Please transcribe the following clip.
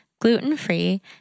gluten-free